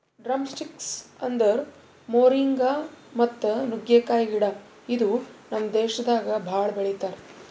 drumsticks ಅಂದುರ್ moringa ಮತ್ತ ನುಗ್ಗೆಕಾಯಿ ಗಿಡ ಇದು ನಮ್ ದೇಶದಾಗ್ ಭಾಳ ಬೆಳಿತಾರ್